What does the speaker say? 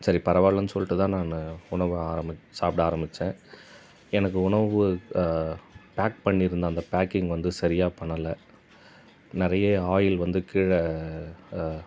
சரி பரவாயில்லனு சொல்லிட்டுதான் நான் உணவு ஆரமிச் சாப்பிட ஆரம்மிச்சேன் எனக்கு உணவு பேக் பண்ணி இருந்த அந்த பேக்கிங் வந்து சரியாக பண்ணலை நிறைய ஆயில் வந்து கீழே